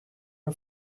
are